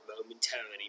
momentarily